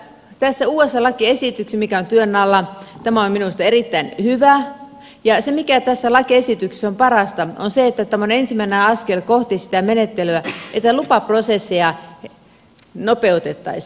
tämä uusi lakiesitys mikä on työn alla on minusta erittäin hyvä ja se mikä tässä lakiesityksessä on parasta on se että tämä on ensimmäinen askel kohti sitä menettelyä että lupaprosesseja nopeutettaisiin